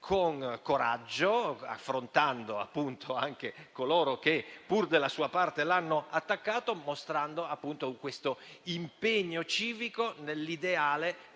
con coraggio, affrontando appunto anche coloro che, pur della sua parte, lo attaccavano, mostrando appunto questo impegno civico verso l'ideale,